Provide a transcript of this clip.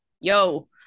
yo